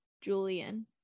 Julian